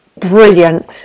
brilliant